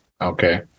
Okay